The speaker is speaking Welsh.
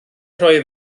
rhoi